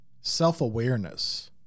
self-awareness